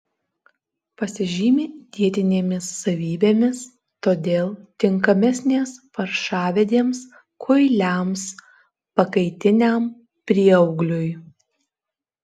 pasižymi dietinėmis savybėmis todėl tinkamesnės paršavedėms kuiliams pakaitiniam prieaugliui